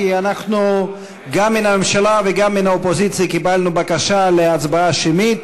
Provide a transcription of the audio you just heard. כי גם מן הממשלה וגם מן האופוזיציה קיבלנו בקשה להצבעה שמית.